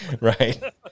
Right